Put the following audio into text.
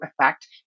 effect